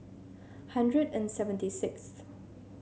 hundred and seventy sixth